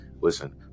Listen